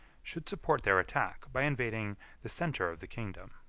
should support their attack, by invading the centre of the kingdom.